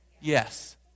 Yes